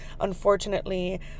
Unfortunately